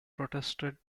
protested